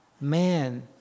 Man